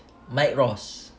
mike ross